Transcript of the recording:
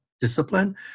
discipline